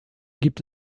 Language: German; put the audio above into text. gibt